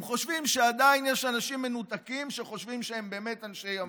הם חושבים שעדיין יש אנשים מנותקים שחושבים שהם באמת אנשי ימין.